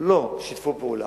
לא שיתפו פעולה,